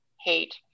hate